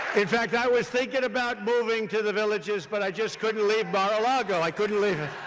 in fact, i was thinking about moving to the villages, but i just couldn't leave mar-a-lago. i couldn't leave it.